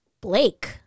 Blake